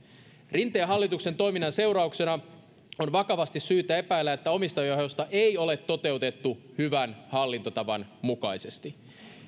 rinteen hallituksen toiminnan seurauksena on vakavasti syytä epäillä että omistajaohjausta ei ole toteutettu hyvän hallintotavan mukaisesti